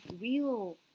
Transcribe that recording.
real